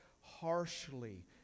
harshly